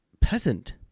peasant